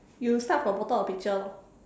you start from the bottom of the picture lor